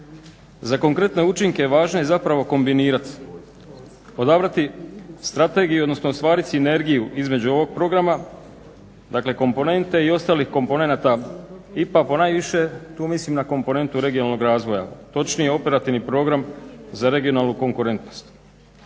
Za konkretne učinke važno je zapravo kombinirati, odabrati strategiju odnosno ostvariti sinergiju između ovog programa, dakle komponente i ostalih komponenata IPA ponajviše tu mislim na komponentu regionalnog razvoja, točnije Operativni program za regionalnu konkurentnost.